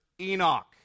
Enoch